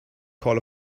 call